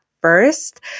first